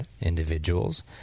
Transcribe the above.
individuals